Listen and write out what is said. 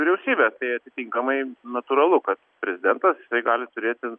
vyriausybe tai atitinkamai natūralu kad prezidentas gali turėti